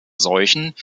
seuchen